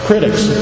Critics